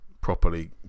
properly